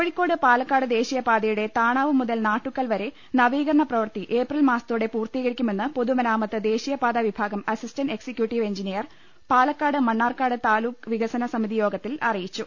കോഴിക്കോട് പാലക്കാട് ദേശീയപാതയുടെ താണാവ് മുതൽ നാട്ടുക്കൽ വരെ നവീകരണ പ്രവൃത്തി ഏപ്രിൽ മാസത്തോടെ പൂർത്തീകരിക്കുമെന്ന് പൊതുമരാമത്ത് ദേശീയപാതാ വിഭാഗം assistant executive engineer Palakkad Mannarkkad taluk വികസന സമിതി യോഗത്തിൽ അറിയിച്ചു